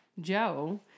Joe